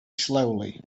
slowly